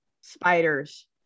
spiders